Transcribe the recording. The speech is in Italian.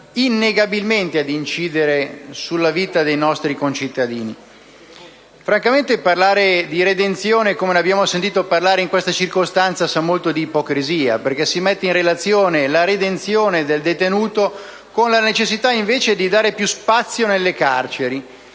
innegabilmente a incidere sulla vita dei nostri concittadini. Francamente, parlare di redenzione, come abbiamo sentito fare in questa circostanza, sa molto di ipocrisia perché si mette in relazione la redenzione del detenuto con la necessità di dare più spazio nelle carceri.